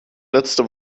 letzte